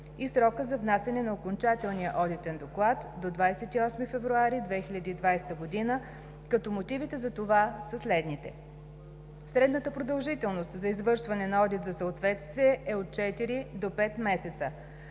и срокът за внасяне на окончателния одитен доклад – до 28 февруари 2020 г., като мотивите за това са следните: Средната продължителност за извършване на одит за съответствие е от четири до пет месеца.